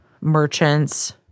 merchants